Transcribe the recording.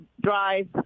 drive